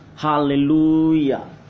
Hallelujah